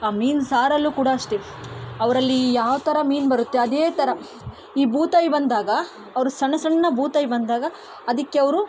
ಆ ಮೀನು ಸಾರಲ್ಲೂ ಕೂಡ ಅಷ್ಟೆ ಅವರಲ್ಲಿ ಯಾವ ಥರ ಮೀನು ಬರುತ್ತೆ ಅದೇ ಥರ ಈ ಬೂತಾಯಿ ಬಂದಾಗ ಅವರು ಸಣ್ಣ ಸಣ್ಣ ಬೂತಾಯಿ ಬಂದಾಗ ಅದಕ್ಕೆ ಅವರು